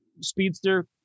speedster